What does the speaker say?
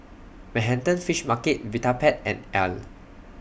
Manhattan Fish Market Vitapet and Elle